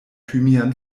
thymian